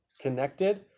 connected